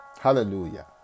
Hallelujah